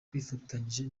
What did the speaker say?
twifatanyije